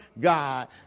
God